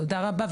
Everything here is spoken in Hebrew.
תודה רבה.